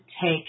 take